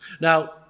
Now